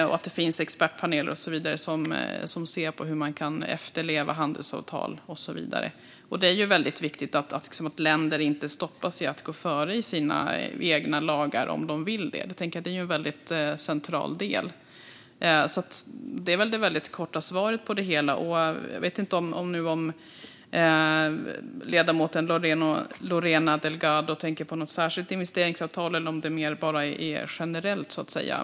Det ska finnas expertpaneler som ser på hur man kan efterleva handelsavtal, och det är viktigt att länder inte stoppas i att gå före i sina egna lagar om de vill det. Det är en central del. Det var det korta svaret. Jag vet inte om ledamoten Lorena Delgado tänker på något särskilt investeringsavtal eller om frågan var mer generellt ställd.